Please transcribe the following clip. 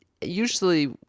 usually